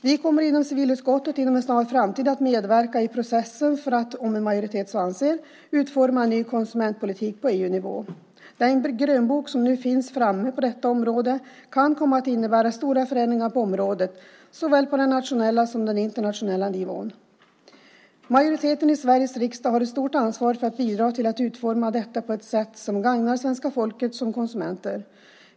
Vi kommer i civilutskottet inom en snar framtid att medverka i processen för att, om en majoritet så anser, utforma en ny konsumentpolitik på EU-nivå. Den grönbok som nu finns framme på detta område kan komma att innebära stora förändringar på området på såväl nationell som internationell nivå. Majoriteten i Sveriges riksdag har ett stort ansvar för att bidra till att utforma detta på ett sätt som gagnar svenska folket som konsumenter.